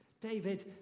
David